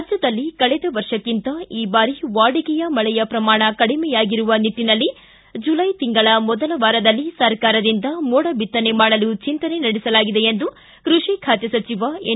ರಾಜ್ಞದಲ್ಲಿ ಕಳೆದ ವರ್ಷಕ್ಕಿಂತ ಈ ಬಾರಿ ವಾಡಿಕೆಯ ಮಳೆಯ ಪ್ರಮಾಣ ಕಡಿಮೆಯಾಗಿರುವ ನಿಟ್ಟನಲ್ಲಿ ಜುಲೈ ತಿಂಗಳ ಮೊದಲ ವಾರದಲ್ಲಿ ಸರ್ಕಾರದಿಂದ ಮೋಡ ಬಿತ್ತನೆ ಮಾಡಲು ಚಿಂತನೆ ನಡೆಸಲಾಗಿದೆ ಎಂದು ಕೃಷಿ ಖಾತೆ ಸಚಿವ ಎನ್